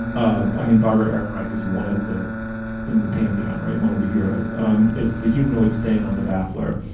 um i mean barbara ehrenreich is one of the in the pantheon right one of the heroes um it's the humanoid stain on the battler